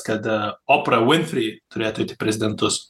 kad a opra vinfri turėtų eit į prezidentus